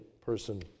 person